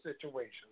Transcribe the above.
situations